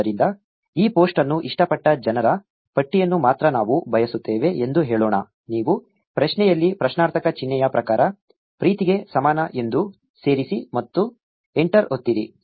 ಆದ್ದರಿಂದ ಈ ಪೋಸ್ಟ್ ಅನ್ನು ಇಷ್ಟಪಟ್ಟ ಜನರ ಪಟ್ಟಿಯನ್ನು ಮಾತ್ರ ನಾವು ಬಯಸುತ್ತೇವೆ ಎಂದು ಹೇಳೋಣ ನೀವು ಪ್ರಶ್ನೆಯಲ್ಲಿ ಪ್ರಶ್ನಾರ್ಥಕ ಚಿಹ್ನೆಯ ಪ್ರಕಾರ ಪ್ರೀತಿಗೆ ಸಮಾನ ಎಂದು ಸೇರಿಸಿ ಮತ್ತು ಎಂಟರ್ ಒತ್ತಿರಿ